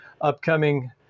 upcoming